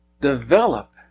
develop